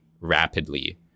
rapidly